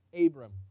Abram